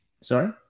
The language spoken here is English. Sorry